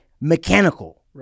mechanical